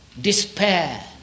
despair